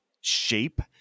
shape